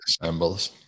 assembles